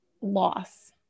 loss